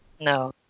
no